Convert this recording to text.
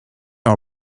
our